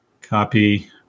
copy